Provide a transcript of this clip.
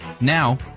Now